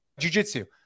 Jujitsu